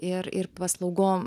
ir ir paslaugom